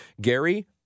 Gary